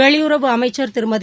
வெளியுறவு அமைச்ச் திருமதி